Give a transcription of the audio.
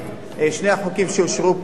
שני החוקים שאושרו פה היום,